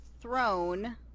thrown